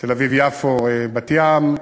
יפו, בת-ים,